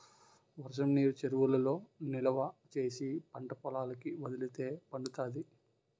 వర్షంనీరు చెరువులలో నిలవా చేసి పంటపొలాలకి వదిలితే పండుతాది